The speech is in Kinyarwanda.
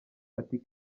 ati